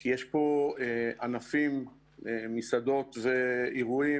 שיש בהם שכירות והוצאה של מעל 10%,